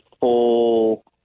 full